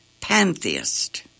pantheist